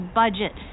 budget